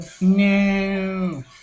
No